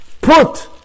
put